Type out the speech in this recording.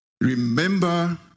Remember